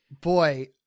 Boy